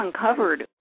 uncovered